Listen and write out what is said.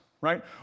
right